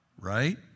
right